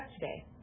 today